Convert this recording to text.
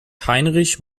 heinrich